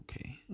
Okay